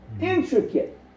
Intricate